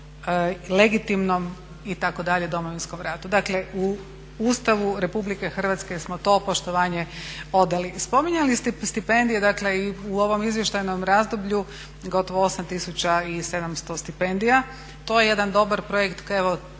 legitimnom itd., Domovinskom ratu. Dakle u Ustavu Republike Hrvatske smo to poštovanje odali. I spominjali ste stipendije dakle i u ovom izvještajnom razdoblju gotovo 8 tisuća i 700 stipendija. To je jedan dobar projekt, evo